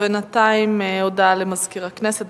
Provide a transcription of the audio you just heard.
בינתיים, הודעה לסגן מזכירת הכנסת.